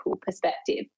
perspective